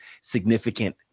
significant